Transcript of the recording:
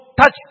touch